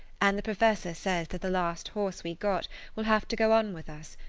and the professor says that the last horse we got will have to go on with us,